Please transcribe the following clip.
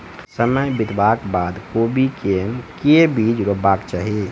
समय बितबाक बाद कोबी केँ के बीज रोपबाक चाहि?